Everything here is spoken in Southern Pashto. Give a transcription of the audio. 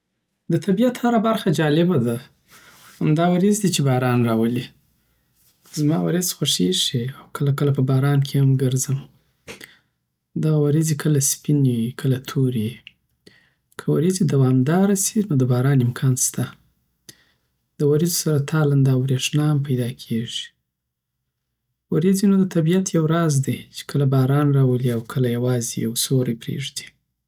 دطبیعت هر برخه جالبه ده همدا وریځی دی چی باران راولی زما وریځ خوښیږی او کله کله په باران کی هم کرځم دغه وريځې کله سپینې، کله تورې وی که وریخی دوام داره سی نو دباران امکان سته دوریځو سره تالنده او بریښنا هم پیداکیړی وريځې نو د طبیعت یو راز دی، چی کله باران راولی او کله یوازی یو سیوری پرېږدی